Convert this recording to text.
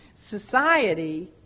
Society